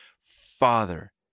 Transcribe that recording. father